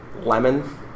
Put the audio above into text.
lemon